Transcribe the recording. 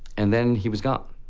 and then he was gone.